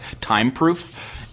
time-proof